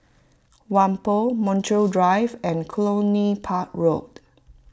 Whampoa Montreal Drive and Cluny Park Road